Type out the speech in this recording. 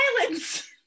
Violence